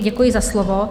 Děkuji za slovo.